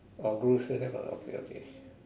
our guro still have ah okay okay